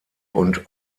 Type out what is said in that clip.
und